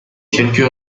quelques